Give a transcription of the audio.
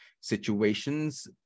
situations